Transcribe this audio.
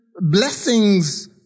Blessings